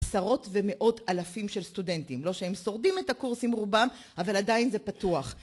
עשרות ומאות אלפים של סטודנטים, לא שהם שורדים את הקורס עם רובם, אבל עדיין זה פתוח.